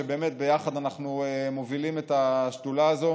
שיחד אנחנו מובילים את השדולה הזאת.